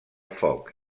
foc